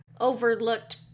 overlooked